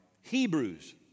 Hebrews